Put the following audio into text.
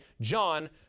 John